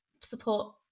support